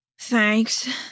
Thanks